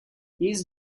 east